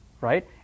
right